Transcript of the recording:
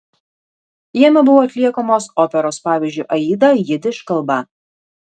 jame buvo atliekamos operos pavyzdžiui aida jidiš kalba